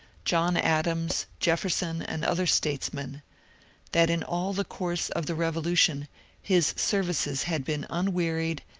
john adams, jefferson, and other statesmen that in all the course of the revolution his services had been unwearied,